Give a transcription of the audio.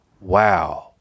Wow